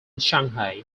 shanghai